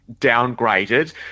downgraded